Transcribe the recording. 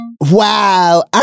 Wow